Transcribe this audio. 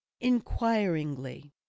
inquiringly